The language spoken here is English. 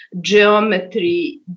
geometry